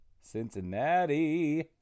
Cincinnati